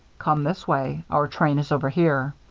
come this way. our train is over here.